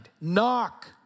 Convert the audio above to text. Knock